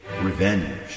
Revenge